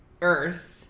earth